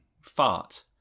fart